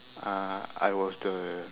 uh I was the